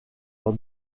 leur